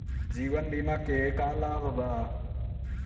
जीवन बीमा के का लाभ बा?